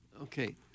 Okay